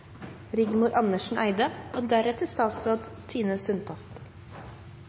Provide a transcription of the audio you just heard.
Rigmor Andersen Eide, Geir Jørgen Bekkevold og